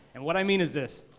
and what i mean is this,